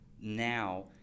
now